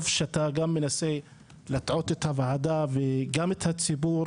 שאתה מנסה להטעות את הוועדה וגם את הציבור